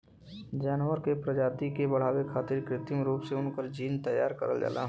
जानवर के प्रजाति के बढ़ावे खारित कृत्रिम रूप से उनकर जीन तैयार करल जाला